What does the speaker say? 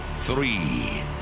three